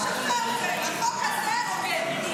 כמו השלטון הזה, החוק הזה הוגן.